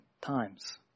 times